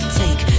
take